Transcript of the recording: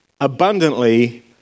abundantly